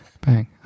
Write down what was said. Bang